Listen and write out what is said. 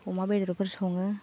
अमा बेदरफोर सङो